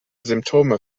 symptome